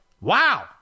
Wow